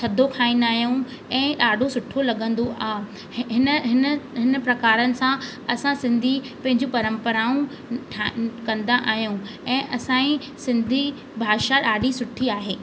थधो खाईंदा आहियूं ऐं ॾाढो सुठो लॻंदो आहे हिन हिन हिन प्रकार सां असां सिंधी पंहिंजू परंपराऊं ठाही कंदा आहियूं ऐं असांजी सिंधी भाषा ॾाढी सुठी आहे